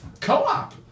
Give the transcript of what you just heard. Co-op